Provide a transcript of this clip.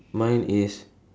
mine is